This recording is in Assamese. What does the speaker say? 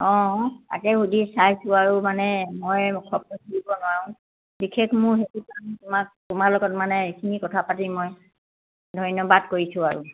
অঁ তাকে সুধি চাইছোঁ আৰু মানে মই চব কৰিব নোৱাৰোঁ বিশেষ মোৰ সেইটো কাৰণে তোমাক তোমাৰ লগত মানে এইখিনি কথা পাতি মই ধন্যবাদ কৰিছোঁ আৰু